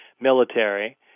military